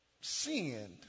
sinned